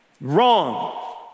Wrong